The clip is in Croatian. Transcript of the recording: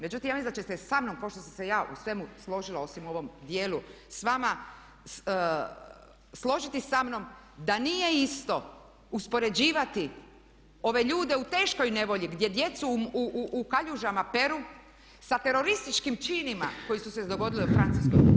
Međutim, ja mislim da ćete se sa mnom kao što sam se ja u svemu složila osim u ovom dijelu s vama složiti sa mnom da nije isto uspoređivati ove ljude u teškoj nevolji gdje djecu u kaljužama peru sa terorističkim činima koji su se dogodili u Francuskoj.